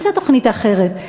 מה זה "התוכנית האחרת"?